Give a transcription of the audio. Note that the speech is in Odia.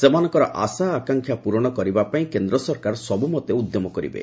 ସେମାନଙ୍କର ଆଶା ଆକାକ୍ଷା ପୁରଣ କରିବା ପାଇଁ କେନ୍ଦ୍ର ସରକାର ସବୁମତେ ଉଦ୍ୟମ କରିବେ